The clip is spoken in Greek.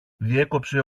διέκοψε